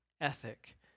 ethic